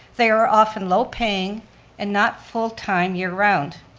they are often low-paying and not full-time year-round.